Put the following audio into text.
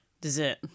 Dessert